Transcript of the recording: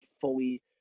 fully